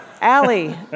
Allie